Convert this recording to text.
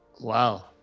Wow